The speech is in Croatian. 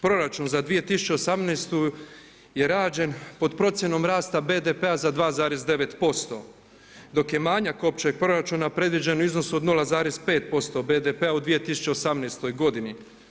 Proračun za 2018. je rađen pod procjenom rasta BDP-a za 2,9%, dok je manjak općeg proračuna predviđen u iznosu od 0,5% BDP-a u 2018. godini.